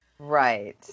Right